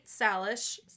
Salish